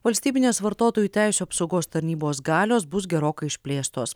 valstybinės vartotojų teisių apsaugos tarnybos galios bus gerokai išplėstos